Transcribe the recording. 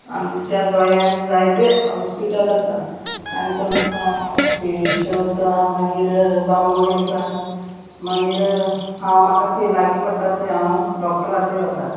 आमच्या गोंयांत जायते हॉस्पिटल आसा काणकोण आसा हॉस्पिश्यो आसा मागीर बांबोळी आसा मागीर हांव म्हाका खंय लागीं पडटा थंय हांव डॉक्टरा कडेन वता